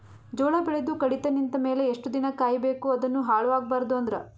ಜೋಳ ಬೆಳೆದು ಕಡಿತ ನಿಂತ ಮೇಲೆ ಎಷ್ಟು ದಿನ ಕಾಯಿ ಬೇಕು ಅದನ್ನು ಹಾಳು ಆಗಬಾರದು ಅಂದ್ರ?